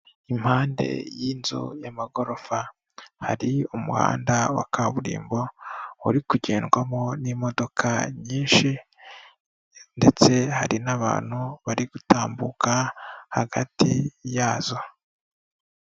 Impande y'inzu y'amagorofa, hari umuhanda wa kaburimbo uri kugendwamo n'imodoka nyinshi ndetse hari n'abantu bari gutambuka hagati yazo.